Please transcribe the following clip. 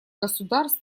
государств